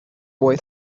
boy